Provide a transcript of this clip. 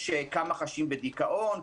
יש כמה חשים בדיכאון,